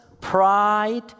pride